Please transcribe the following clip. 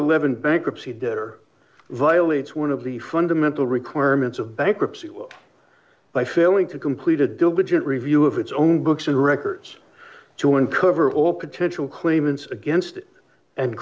eleven bankruptcy debtor violates one of the fundamental requirements of bankruptcy by failing to complete a diligent review of its own books and records to uncover all potential claimants against and